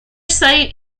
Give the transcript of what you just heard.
site